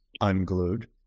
unglued